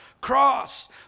cross